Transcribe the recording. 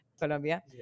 Colombia